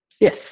Yes